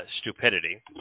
stupidity